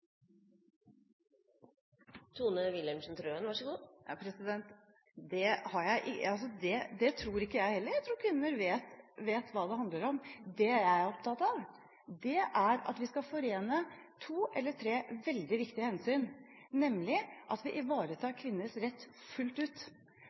Jeg tror kvinner vet hva det handler om. Det jeg er opptatt av, er at vi skal forene to, eller tre, veldig viktige hensyn, nemlig å ivareta kvinners rett fullt ut, at vi